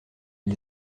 ils